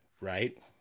right